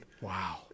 Wow